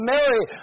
Mary